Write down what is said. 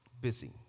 busy